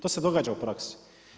To se događa u praksi.